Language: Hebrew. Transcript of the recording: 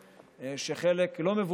תחשוב אם לא, לא,